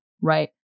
right